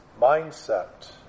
mindset